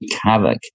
havoc